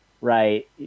right